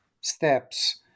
steps